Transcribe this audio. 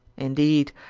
indeed,